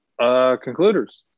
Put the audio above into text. concluders